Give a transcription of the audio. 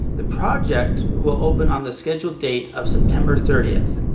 the project will open on the scheduled date of september thirtieth.